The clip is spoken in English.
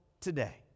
today